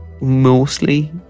Mostly